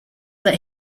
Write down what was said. that